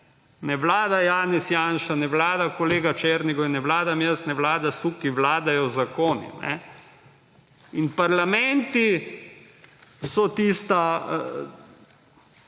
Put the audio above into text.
Ne vlada Janez Janša, ne vlada kolega Černigoj, ne vladam jaz, ne vlada Suki, vladajo zakoni. Parlamenti so tisti